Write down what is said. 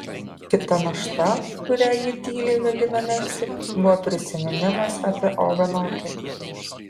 kita našta kurią ji tyliai mėgino nešti buvo prisiminimas apie oveno akis